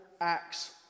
acts